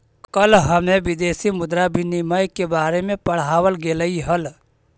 कल हमें विदेशी मुद्रा विनिमय के बारे में पढ़ावाल गेलई हल